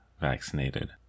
vaccinated